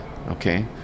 Okay